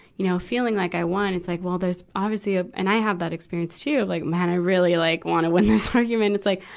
you know, feeling like i won, it's like, well, there's obviously ah and i have that experience, too. like, man, i really like wanna win this argument. it's like,